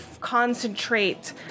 concentrate